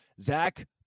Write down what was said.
Zach